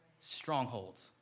strongholds